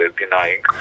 denying